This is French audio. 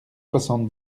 soixante